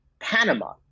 Panama